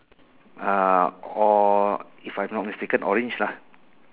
uh or if I'm not mistaken orange lah